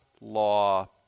law